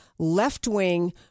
left-wing